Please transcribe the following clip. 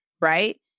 right